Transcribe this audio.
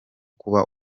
kuba